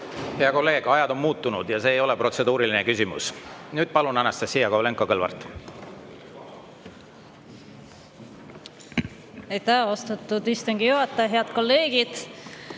Hea kolleeg, ajad on muutunud ja see ei ole protseduuriline küsimus. Palun, Anastassia Kovalenko-Kõlvart!